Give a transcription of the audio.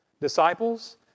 disciples